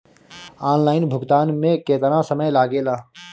Online भुगतान में केतना समय लागेला?